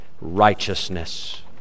righteousness